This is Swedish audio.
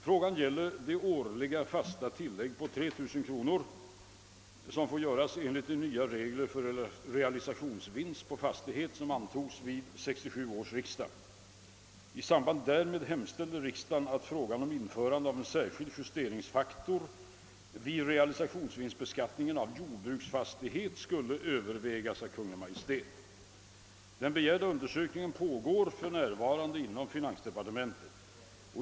Frågan gäller det årliga fasta tillägg på 3 000 kronor, som får göras enligt de nya regler för realisationsvinst på fastighet som antogs vid 1967 års riksdag. I samband därmed hemställde riksdagen, att frågan om införande av en särskild justeringsfaktor vid realisationsvinstbeskattningen av jordbruksfastigheter skulle övervägas av Kungl. Maj:t. Den begärda undersökningen pågår för närvarande inom finansdepartementet.